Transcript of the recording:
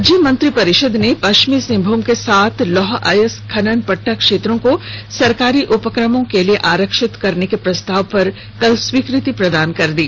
राज्य मंत्रिपरिषद ने पश्चिमी सिंहभूम के सात लौह अयस्क खनन पट्टा क्षेत्रों को सरकारी उपकमों के लिए आरक्षित करने के प्रस्ताव पर कल स्वीकृति प्रदान कर दी